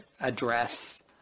address